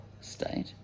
state